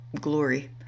glory